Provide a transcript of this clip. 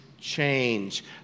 change